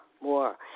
more